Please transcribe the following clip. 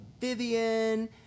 Vivian